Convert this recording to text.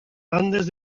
bandes